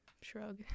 shrug